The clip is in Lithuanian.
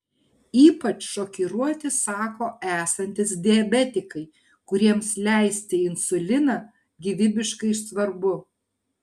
ypač šokiruoti sako esantys diabetikai kuriems leistis insuliną gyvybiškai svarbu